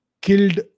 killed